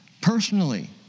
personally